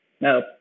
no